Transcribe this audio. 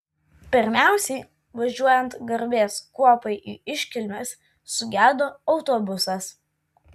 pirmiausia važiuojant garbės kuopai į iškilmes sugedo autobusas